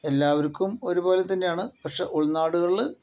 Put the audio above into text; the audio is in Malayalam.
എല്ലാവർക്കും ഒരുപോലെ തന്നെയാണ് പക്ഷേ ഉൾനാടുകളിൽ